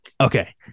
Okay